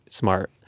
smart